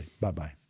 Bye-bye